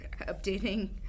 Updating